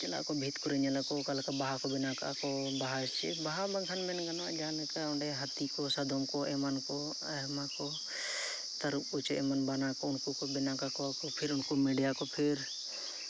ᱪᱟᱞᱟᱜ ᱟᱠᱚ ᱵᱷᱤᱛ ᱠᱚᱨᱮ ᱧᱮᱞᱟᱠᱚ ᱚᱠᱟᱞᱮᱠᱟ ᱵᱟᱦᱟᱠᱚ ᱵᱮᱱᱟᱣ ᱟᱠᱟᱫᱟ ᱠᱚ ᱵᱟᱦᱟ ᱪᱮᱫ ᱵᱟᱦᱟ ᱵᱟᱝᱠᱷᱟᱱ ᱢᱮᱱ ᱜᱟᱱᱚᱜᱼᱟ ᱡᱟᱦᱟᱸ ᱞᱮᱠᱟ ᱚᱸᱰᱮ ᱦᱟᱛᱤᱠᱚ ᱥᱟᱫᱚᱢᱠᱚ ᱮᱢᱟᱱᱠᱚ ᱟᱭᱢᱟᱠᱚ ᱛᱟᱹᱨᱩᱵᱠᱚ ᱪᱮᱫ ᱮᱢᱚᱱ ᱵᱟᱱᱟᱠᱚ ᱩᱱᱠᱩᱠᱚ ᱵᱮᱱᱟᱣ ᱠᱟᱠᱚᱣᱟᱠᱚ ᱯᱷᱤᱨ ᱩᱱᱠᱚ ᱢᱤᱰᱤᱭᱟᱠᱚ ᱯᱷᱤᱨ